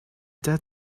that